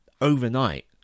overnight